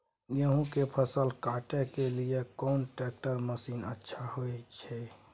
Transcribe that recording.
गेहूं के फसल काटे के लिए कोन ट्रैक्टर मसीन अच्छा होय छै?